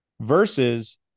Versus